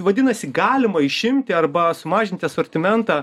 vadinasi galima išimti arba sumažinti asortimentą